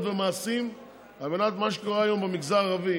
ומעשים על מנת שמה שקורה היום במגזר הערבי,